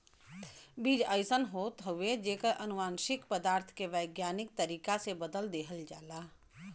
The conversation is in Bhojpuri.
बीज अइसन होत हउवे जेकर अनुवांशिक पदार्थ के वैज्ञानिक तरीका से बदल देहल जाला